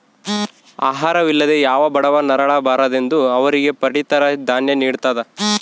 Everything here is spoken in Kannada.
ಆಹಾರ ವಿಲ್ಲದೆ ಯಾವ ಬಡವ ನರಳ ಬಾರದೆಂದು ಅವರಿಗೆ ಪಡಿತರ ದಾನ್ಯ ನಿಡ್ತದ